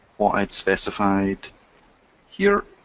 what i'd specified here.